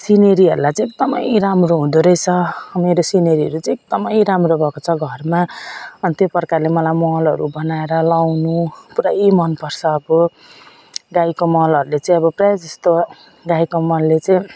सिनेरीहरूलाई चाहिँ एकदम राम्रो हुँदो रहेछ मेरो सिनेरीहरू चाहिँ एकदम राम्रो भएको छ घरमा अनि त्यो प्रकारले मलाई मलहरू बनाएर लगाउनु पुरै मन पर्छ अब गाईको मलहरूले चाहिँ अब प्रायः जस्तो गाईको मलले चाहिँ